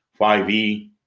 5e